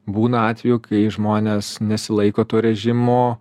būna atvejų kai žmonės nesilaiko to režimo